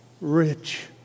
rich